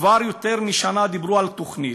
כבר יותר משנה דיברו על תוכנית.